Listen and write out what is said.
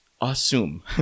assume